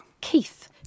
keith